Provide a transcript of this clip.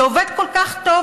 זה עובד כל כך טוב,